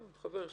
שהוא חבר שלי,